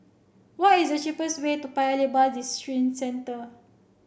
what is the cheapest way to Paya Lebar Districentre